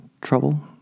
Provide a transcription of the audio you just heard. trouble